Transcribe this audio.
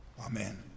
Amen